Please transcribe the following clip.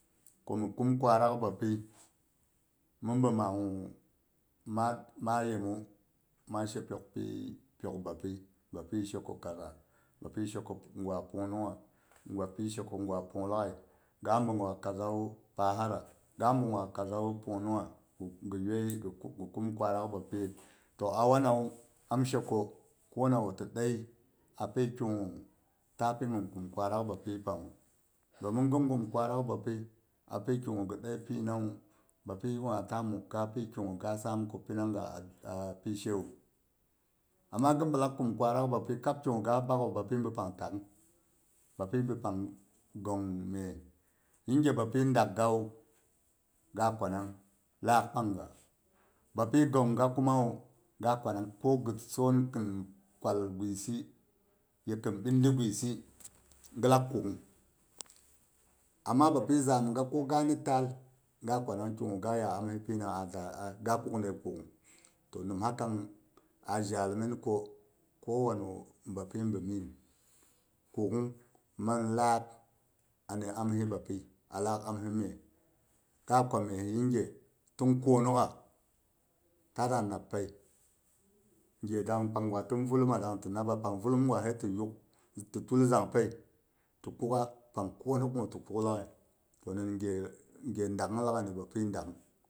Ku mhi kum kwarak bapi min bi ma. gu ma yemu ma she piyok pi bapi, bapi sheko kaza bapi she ko gwa pung nungha, bapi sheko gwa pung laaghai ga bi gwa kazawu pahara, ga bi gwa kazawu pung nungha ghi yuwai ghi kum kwarak bapiye. To awanawu am she ke kuno ti ɗai api kigu ta pi hin kum kwarau bapi panghu don ghin kum kwarak bapi api kigu ghi ɗai pi nawu bapi gwa ta mugga pi ki gu ga sam ku pinaga a pishewu amma ghin bilack kum kwarak bapi kab ki gu ga baku bapi tin bi pang tawn bapi bipang gong meh, yinge bapi daggawu ga kwanang laak pangda, bapi gonga kuma wu ga kwanang ko ghison khin kwal guisi ko khin ɓindi guisi ghi laak kukm amma bapi zamga ko gani taal ga kwanang kigu ga yada amsi pinawu adaga kukdai kukng nimha kama jal min ko wanno bapi bi min, kukng man lak ani amhi bapi a lak amhi meh, ga kwa meh yinge tin konogha ta da nappai gedang pang gwa tin vulum ma dang ti nabba pang vullum gwa sai ti yugh ti tul zangpai ti kukha pang kunuk kuma ti kuk laaghai, ge dakn laaghai ni bapi dakn.